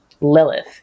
Lilith